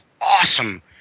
awesome